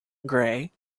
grey